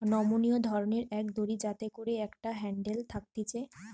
নমনীয় ধরণের এক দড়ি যাতে করে একটা হ্যান্ডেল থাকতিছে